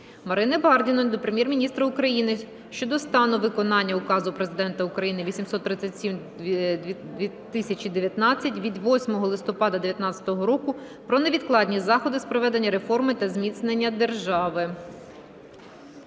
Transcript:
Марини Бардіної до Прем'єр-міністра України щодо стану виконання Указу Президента України 837/2019 від 8 листопада 2019 року "Про невідкладні заходи з проведення реформ та зміцнення держави".